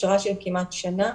הכשרה של כמעט שנה,